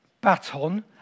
baton